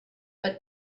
but